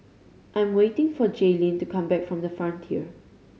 I am waiting for Jayleen to come back from The Frontier